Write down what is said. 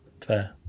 Fair